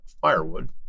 firewood